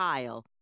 Kyle